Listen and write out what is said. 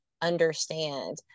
understand